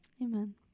Amen